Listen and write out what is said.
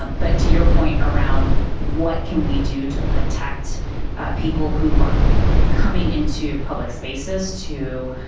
um but to your point around what can we do to protect people who are coming into public spaces to